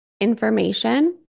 information